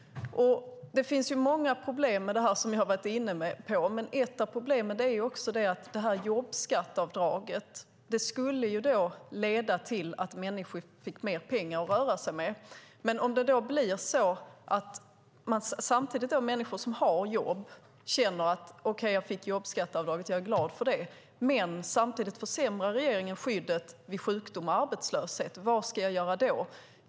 Det finns många problem med detta som jag har varit inne på. Ett av problemen är att jobbskatteavdraget skulle leda till att människor fick mer pengar att röra sig med. Människor som har jobb känner: Okej, jag fick jobbskatteavdraget, och jag är glad över det. Men samtidigt försämrar regeringen skyddet vid sjukdom och arbetslöshet. Vad ska jag då göra?